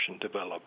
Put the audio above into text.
develop